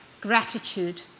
gratitude